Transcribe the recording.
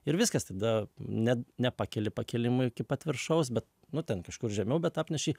ir viskas tada net nepakeli pakilimui iki pat viršaus bet nu ten kažkur žemiau bet apneši